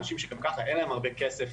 אנשים שגם ככה אין להם הרבה כסף,